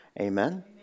Amen